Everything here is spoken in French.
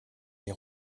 les